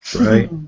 Right